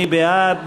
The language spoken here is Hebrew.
מי בעד?